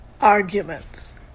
Arguments